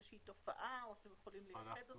שהיא תופעה או שאתם יכולים ל- -- אותה.